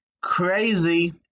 crazy